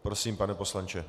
Prosím, pane poslanče.